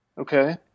Okay